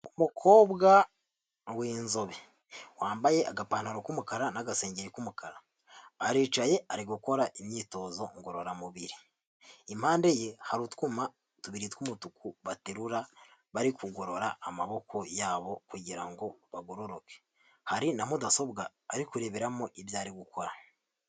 Umukobwa w'inzobe wambaye agapantaro k'umukara n'agasengeri k'umukara, aricaye ari gukora imyitozo ngororamubiri, impande ye hari utwuma tubiri tw'umutuku baterura bari kugorora amaboko yabo kugira ngo bagororoke, hari na mudasobwa ari kureberamo ibyo ari gukora.